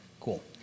Cool